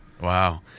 Wow